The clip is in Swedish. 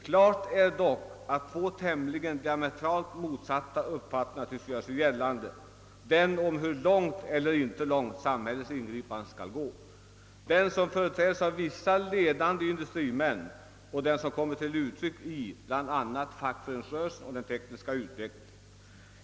Klart är dock att två tämligen dia metralt motsatta uppfattningar tycks göra sig gällande i fråga om hur långt samhällets ingripanden skall gå. Den ena uppfattningen företrädes av vissa ledande industrimän och den andra kommer till uttryck inom bl.a. fackföreningsrörelsen och bland företrädare för den tekniska utvecklingen.